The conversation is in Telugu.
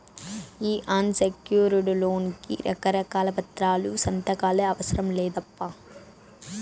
ఈ అన్సెక్యూర్డ్ లోన్ కి రకారకాల పత్రాలు, సంతకాలే అవసరం లేదప్పా